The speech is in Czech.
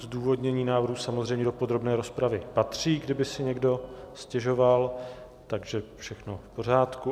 Zdůvodnění návrhu samozřejmě do podrobné rozpravy patří, kdyby si někdo stěžoval, takže všechno v pořádku.